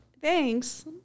Thanks